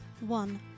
one